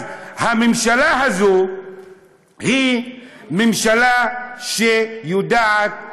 אז הממשלה הזו היא ממשלה שיודעת לדחות.